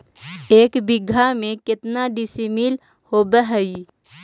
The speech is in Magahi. एक बीघा में केतना डिसिमिल होव हइ?